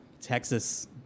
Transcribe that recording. Texas